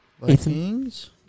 Vikings